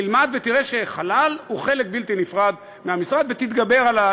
תלמד ותראה שחלל הוא חלק בלתי נפרד מהמשרד ותתגבר על,